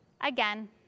Again